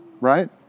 right